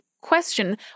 question